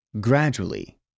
Gradually